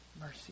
Mercy